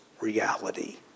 reality